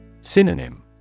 Synonym